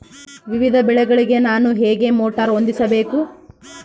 ವಿವಿಧ ಬೆಳೆಗಳಿಗೆ ನಾನು ಹೇಗೆ ಮೋಟಾರ್ ಹೊಂದಿಸಬೇಕು?